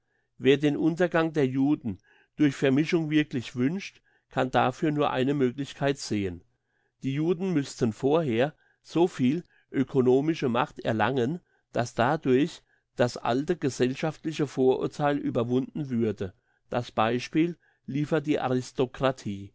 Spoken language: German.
wer den untergang der juden durch vermischung wirklich wünscht kann dafür nur eine möglichkeit sehen die juden müssten vorher so viel ökonomische macht erlangen dass dadurch das alte gesellschaftliche vorurtheil überwunden würde das beispiel liefert die aristokratie